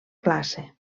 classe